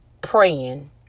Praying